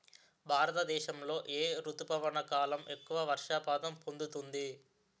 భారతదేశంలో ఏ రుతుపవన కాలం ఎక్కువ వర్షపాతం పొందుతుంది?